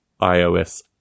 iOS